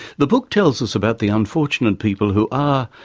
the book tells us about the unfortunate people who are,